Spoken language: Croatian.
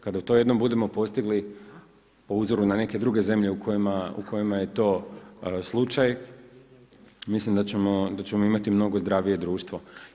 Kada to jednom budemo postigli po uzoru na neke druge zemlje u kojima je to slučaj, mislim da ćemo imati mnogo zdravije društvo.